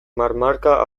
marmarka